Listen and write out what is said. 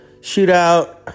shootout